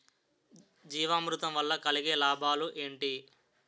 జీవామృతం వల్ల కలిగే లాభాలు ఏంటి?